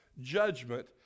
judgment